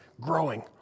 growing